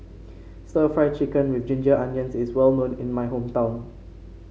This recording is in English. stir Fry Chicken with Ginger Onions is well known in my hometown